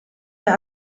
der